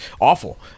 awful